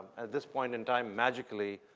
at this point in time, magically,